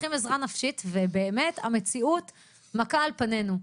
שצריכים עזרה נפשית ובאמת המציאות מכה על פנינו.